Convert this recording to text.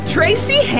Tracy